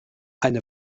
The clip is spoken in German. eine